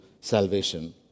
salvation